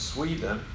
Sweden